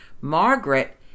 Margaret